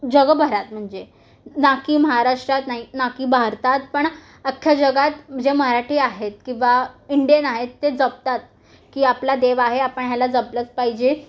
जगभरात म्हणजे ना की महाराष्ट्रात नाही नाकी भारतात पण अख्ख्या जगात म्हणजे मराठी आहेत की बा इंडियन आहेत ते जपतात की आपला देव आहे आपण ह्याला जपलंच पाहिजे